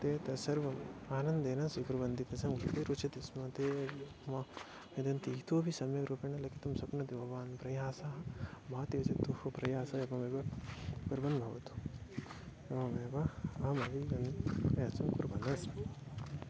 ते तत् सर्वम् आनन्देन स्वीकुर्वन्ति तस्याः कृते रुचितिस्मते माम् वदन्ति इतोऽपि सम्यक्रूपेण लिखितुं शक्नुवन्ति भवान् प्रयासः वा त्यजतु प्रयासः एवमेव पर्वं भवतु एवमेव अस्मि